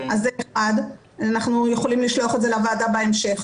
אנחנו יכולים לשלוח את זה לוועדה בהמשך.